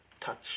touch